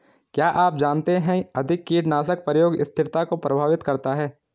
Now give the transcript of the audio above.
क्या आप जानते है अधिक कीटनाशक प्रयोग स्थिरता को प्रभावित करता है?